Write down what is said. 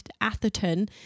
Atherton